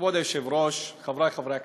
כבוד היושב-ראש, חברי חברי הכנסת,